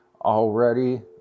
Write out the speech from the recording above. Already